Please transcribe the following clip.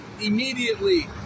immediately